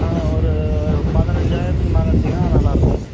ஆ ஒரு பதினஞ்சாயிரத்துக்கு மேலே எடுத்திங்கன்னா நல்லாருக்கும்